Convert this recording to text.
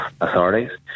authorities